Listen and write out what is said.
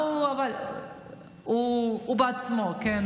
נו, אבל הוא בעצמו, כן.